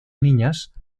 niñas